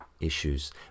issues